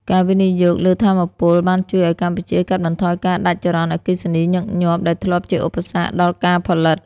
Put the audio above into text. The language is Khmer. ការវិនិយោគលើថាមពលបានជួយឱ្យកម្ពុជាកាត់បន្ថយការដាច់ចរន្តអគ្គិសនីញឹកញាប់ ដែលធ្លាប់ជាឧបសគ្គដល់ការផលិត។